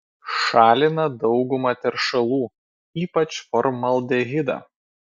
šalina daugumą teršalų ypač formaldehidą